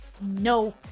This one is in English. no